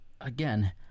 again